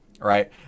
right